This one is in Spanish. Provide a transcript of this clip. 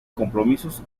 compromisos